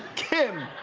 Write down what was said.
kim